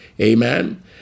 Amen